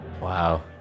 wow